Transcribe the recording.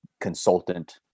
consultant